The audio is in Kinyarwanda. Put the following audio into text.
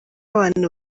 abantu